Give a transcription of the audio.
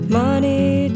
money